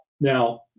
Now